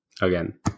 again